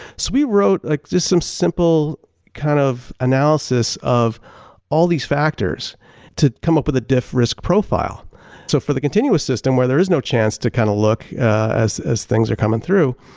so we wrote like just some simple kind of analysis of all these factors to come up with a diff risk profile so for the continuous system where there is no chance to kind of look as as things are coming through,